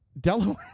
delaware